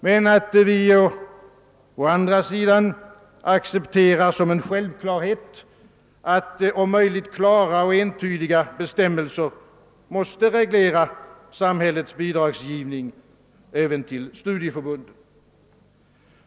Men å andra sidan accepterar jag och de som har samma åsikt som jag på denna punkt att om möjligt klara och entydiga bestämmelser måste reglera samhällets bidragsgivning även till studieförbunden.